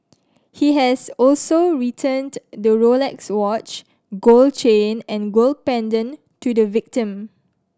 he has also returned the Rolex watch gold chain and gold pendant to the victim